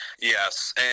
Yes